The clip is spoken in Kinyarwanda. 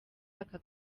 aka